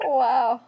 wow